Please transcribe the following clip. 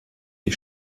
die